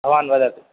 भवान् वदतु